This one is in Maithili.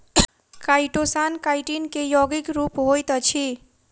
काइटोसान काइटिन के यौगिक रूप होइत अछि